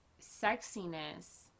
sexiness